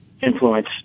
influence